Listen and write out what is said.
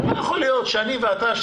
שלא יכול להיות שאני ואתה,